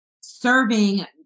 serving